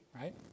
right